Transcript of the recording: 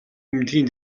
эмнэлгийн